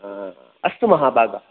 अस्तु महाभाग